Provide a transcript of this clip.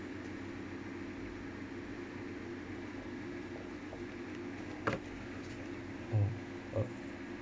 mm uh